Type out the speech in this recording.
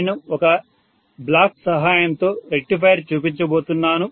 నేను ఒక బ్లాక్ సహాయంతో రెక్టిఫైయర్ చూపించబోతున్నాను